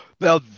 Now